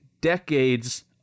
decades